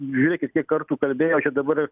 žiūrėkit kiek kartų kalbėjo čia dabar